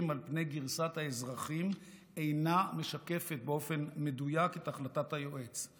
על גרסת האזרחים אינה משקפת באופן מדויק את החלטת היועץ.